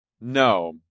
no